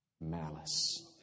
Malice